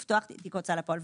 לפתוח תיק הוצאה לפועל,